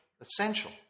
essential